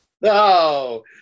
no